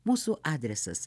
mūsų adresas